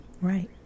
right